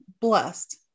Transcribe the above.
Blessed